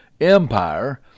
Empire